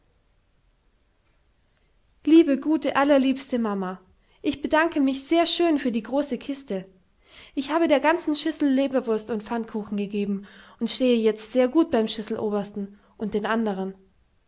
liebe gute allerliebste mama ich bedanke mich sehr schön für die große kiste ich habe der ganzen schissel leberwurst und pfannkuchen gegeben und stehe jetzt sehr gut beim schisselobersten und den andern